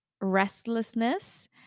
restlessness